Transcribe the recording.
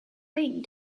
thing